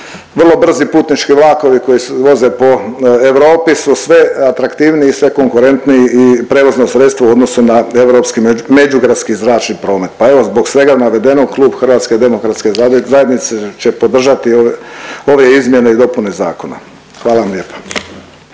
vrlo brzi putnički vlakovi koji voze po Europi su sve atraktivniji i sve konkurentniji prevozno sredstvo u odnosu na europski međugradski i zračni promet. Pa evo zbog svega navedenog klub HDZ-a će podržati ove izmjene i dopune zakona. Hvala vam lijepa.